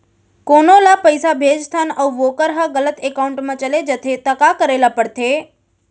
कोनो ला पइसा भेजथन अऊ वोकर ह गलत एकाउंट में चले जथे त का करे ला पड़थे?